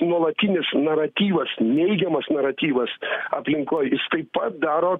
nuolatinis naratyvas neigiamas naratyvas aplinkoj jis taip pat daro